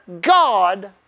God